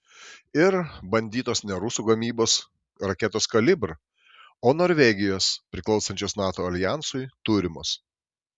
ir bandytos ne rusų gamybos raketos kalibr o norvegijos priklausančios nato aljansui turimos